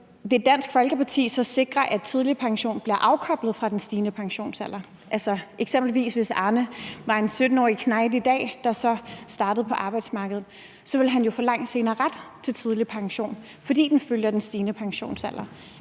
vil Dansk Folkeparti så sikre, at den tidlige pension bliver afkoblet fra den stigende pensionsalder? Eksempelvis ville Arne, hvis han var en 17-årig knejt i dag, der startede på arbejdsmarkedet, jo få langt senere ret til tidlig pension, fordi den følger den stigende pensionsalder.